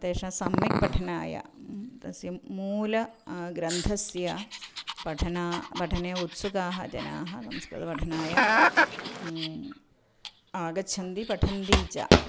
तेषां सम्यक् पठनाय तस्य मूल ग्रन्थस्य पठनं पठने उत्सुकाः जनाः संस्कृतपठनाय आगच्छन्ति पठन्ति च